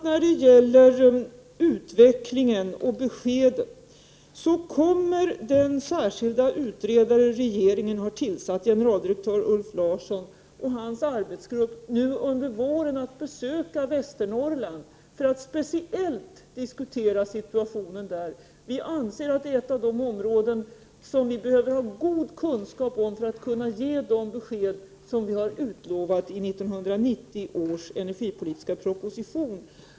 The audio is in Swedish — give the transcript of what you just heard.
När det gäller utvecklingen och beskedet kommer den särskilda utredare regeringen har tillsatt, generaldirektör Ulf Larsson, och hans arbetsgrupp att nu under våren besöka Västernorrland för att speciellt diskutera situationen där. Vi anser att det är ett av de områden som vi behöver ha god kunskap om för att kunna ge de besked som vi har utlovat i 1990års energipolitiska proposition.